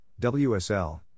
WSL